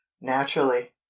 naturally